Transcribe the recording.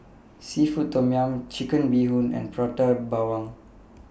Seafood Tom Yum Chicken Bee Hoon and Prata Bawang